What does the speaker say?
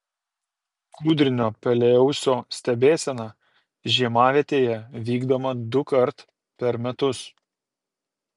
kūdrinio pelėausio stebėsena žiemavietėje vykdoma dukart per metus